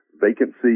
vacancy